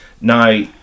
Now